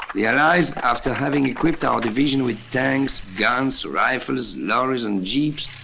the allies, after having equipped our division with tanks, guns, rifles, lorries, and jeeps,